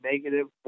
negative